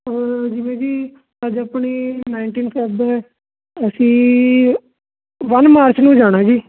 ਹੋਰ ਜਿਵੇਂ ਜੀ ਅੱਜ ਆਪਣੀ ਨਾਈਨਟੀਨ ਫੈਬ ਹੈ ਅਸੀਂ ਵਨ ਮਾਰਚ ਨੂੰ ਜਾਣਾ ਜੀ